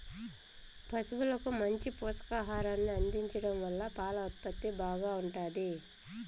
పసువులకు మంచి పోషకాహారాన్ని అందించడం వల్ల పాల ఉత్పత్తి బాగా ఉంటాది